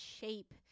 shape